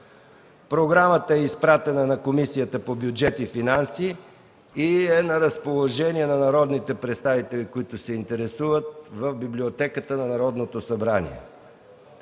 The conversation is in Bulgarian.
Програмата е изпратена на Комисията по бюджет и финанси и е на разположение на народните представители, които се интересуват, в Библиотеката на Народното събрание.